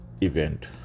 event